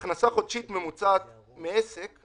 פחתה, אפילו לא כתוב בכמה, גם אם היא פחתה בשקל,